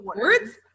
words